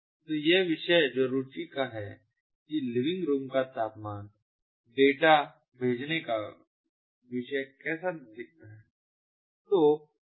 तो यह विषय जो रूचि का है कि लिविंग रूम का तापमान डेटा भेजने का विषय कैसा दिखता है